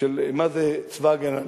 מה זה צבא-הגנה לישראל.